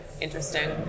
interesting